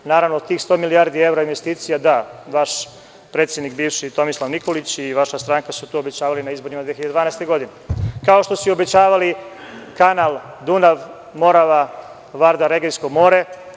Naravno, tih 100 milijardi evra investicija, da, vaš bivši predsednik Tomislav Nikolić i vaša stranka su to obećavali na izborima 2012. godine, kao što su i obećavali kanal Dunav-Morava-Vardar-Egejsko more.